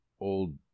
old